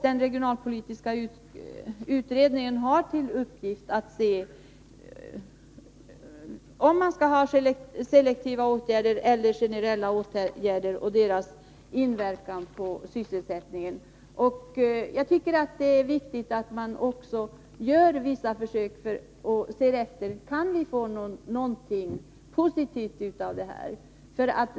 Den regionalpolitiska utredningen har till uppgift att undersöka om selektiva eller generella åtgärder är lämpligast och vilken inverkan de har på sysselsättningen. Jag tycker att det är viktigt att man gör vissa försök och ser efter om vi kan få ut något positivt av dem.